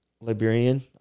Liberian